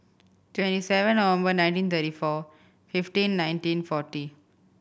twenty seven November nineteen thirty four fifteen nineteen forty